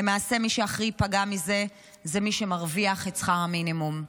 למעשה מי שהכי ייפגע מזה זה מי שמרוויח את שכר המינימום,